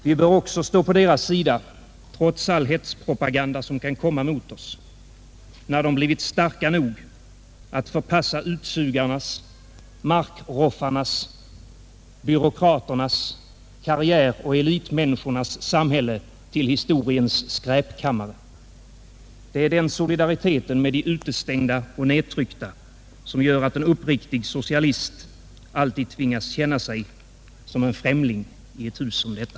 Vi bör också stå på deras sida — trots all hetspropaganda som kan komma mot oss — när de blivit starka nog att förpassa utsugarnas, markroffarnas, byråkraternas, karriäroch elitmänniskornas samhälle till historiens skräpkammare. Det är den solidariteten med de utestängda och nedtryckta som gör att en uppriktig socialist alltid tvingas känna sig som en främling i ett hus som detta.